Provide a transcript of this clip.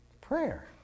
Prayer